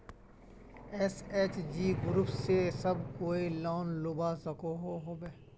SHG group से सब कोई लोन लुबा सकोहो होबे?